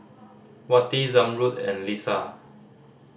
Wati Zamrud and Lisa